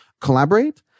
collaborate